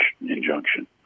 injunction